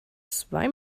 zwei